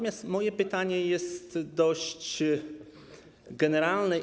Moje pytanie jest dość generalne.